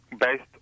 based